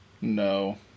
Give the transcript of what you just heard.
No